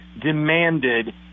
demanded